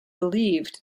believed